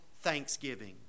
thanksgiving